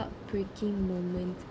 heartbreaking moment